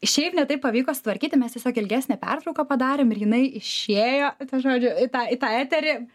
šiaip ne taip pavyko sutvarkyti mes tiesiog ilgesnę pertrauką padarėm ir jinai išėjo į tą žodžių į tą į tą eterį